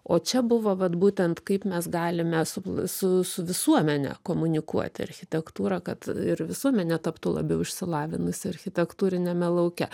o čia buvo vat būtent kaip mes galime su su su visuomene komunikuoti architektūrą kad ir visuomenė taptų labiau išsilavinusi architektūriniame lauke